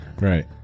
Right